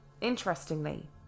Interestingly